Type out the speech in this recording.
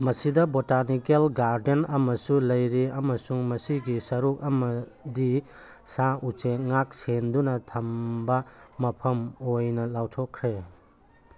ꯃꯁꯤꯗ botanical garden ꯑꯃꯁꯨ ꯂꯩꯔꯦ ꯑꯃꯁꯨꯡ ꯃꯁꯤꯒꯤ ꯁꯔꯨꯛ ꯑꯃꯗꯤ ꯁꯥ ꯎꯆꯦꯛ ꯉꯥꯛ ꯁꯦꯟꯗꯨꯅ ꯊꯝꯕ ꯃꯐꯝ ꯑꯣꯏꯅ ꯂꯥꯎꯊꯣꯛꯈ꯭ꯔꯦ